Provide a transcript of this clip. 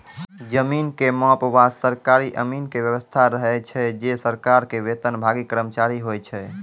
जमीन के माप वास्तॅ सरकारी अमीन के व्यवस्था रहै छै जे सरकार के वेतनभागी कर्मचारी होय छै